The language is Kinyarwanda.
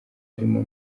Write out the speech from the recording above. harimo